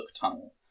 tunnel